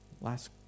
Last